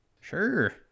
Sure